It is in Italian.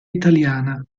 italiana